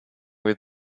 with